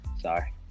Sorry